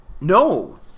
no